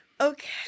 okay